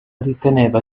riteneva